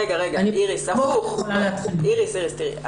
רגע, איריס תראי,